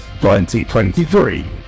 2023